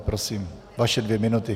Prosím, vaše dvě minuty.